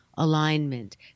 alignment